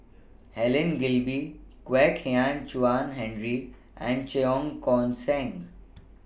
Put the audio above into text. Helen Gilbey Kwek Hian Chuan Henry and Cheong Koon Seng